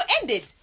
ended